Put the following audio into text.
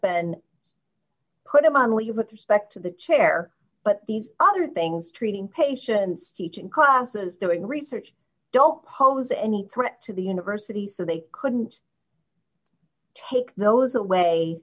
been put him on leave it to spec to the chair but these other things treating patients teaching classes doing research don't pose any threat to the university so they couldn't take those away